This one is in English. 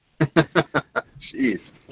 jeez